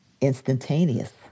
Instantaneous